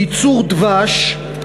ייצור דבש,